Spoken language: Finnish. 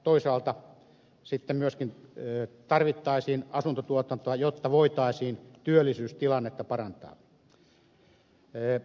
toisaalta tarvittaisiin myöskin asuntotuotantoa jotta voitaisiin työllisyystilannetta parantaa